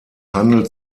handelt